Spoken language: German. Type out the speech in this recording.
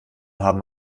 haben